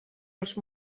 els